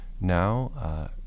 now